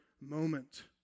moment